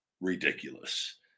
ridiculous